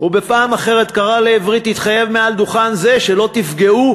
ובפעם אחרת הוא קרא לעברי: תתחייב מעל דוכן זה שלא תפגעו